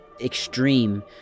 extreme